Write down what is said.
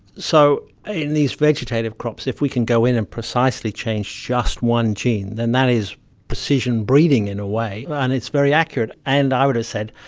so in these vegetative crops, if we can go in and precisely change just one gene, then that is precision breeding in a way and it's very accurate, and, i would have said,